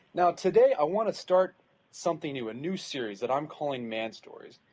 now, today i want to start something new, a new series that i'm calling man stories,